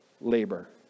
labor